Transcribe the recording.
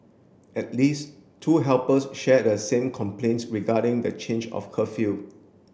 at least two helpers share the same complaint regarding the change of curfew